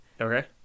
okay